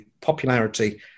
popularity